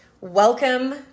welcome